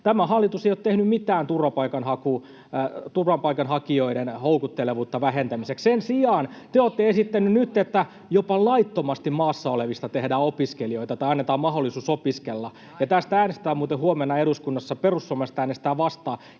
Tämä hallitus ei ole tehnyt mitään turvapaikanhaun houkuttelevuuden vähentämiseksi. [Eva Biaudet’n välihuuto] Sen sijaan te olette esittäneet nyt, että jopa laittomasti maassa olevista tehdään opiskelijoita tai heille annetaan mahdollisuus opiskella. Tästä äänestetään muuten huomenna eduskunnassa. Perussuomalaiset äänestävät vastaan.